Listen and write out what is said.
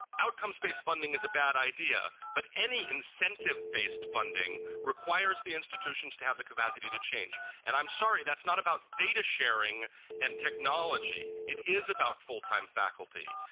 outcomes based funding is a bad idea but any incentive based funding requires the institutions to have the capacity to change and i am sorry that's not about data sharing and technology. it is about full time faculty.